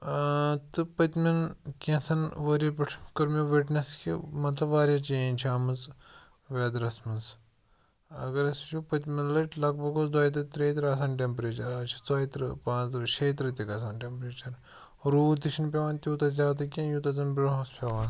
ٲں تہٕ پٔتمیٚن کینٛژَن ؤریو پٮ۪ٹھ کٔر مےٚ وِٹنیٚس کہِ مطلب واریاہ چینٛج چھِ آمٕژ ویٚدرَس منٛز اگر أسۍ وُچھو پٔتمہِ لَٹہِ لگ بھگ اوٗس دۄیہِ تٕرٛہ تیٚیہٕ تٕرٛہ آسان ٹیٚمپرٛیچَر آز چھِ ژۄیہِ تٕرٛہ پانٛژھ تٕرٛہ شیٚیہِ تٕرٛہ تہِ گژھان ٹیٚمپرٚیچَر روٗد تہِ چھُنہٕ پیٚوان تیوٗتاہ زیادٕ کیٚنٛہہ یوٗتاہ زَن برٛونٛہہ اوٗس پیٚوان